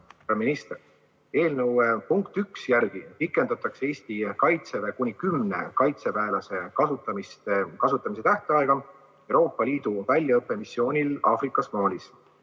Eelnõu punkti 1 järgi pikendatakse Eesti Kaitseväe kuni kümne kaitseväelase kasutamise tähtaega Euroopa Liidu väljaõppemissioonil Aafrikas Malis.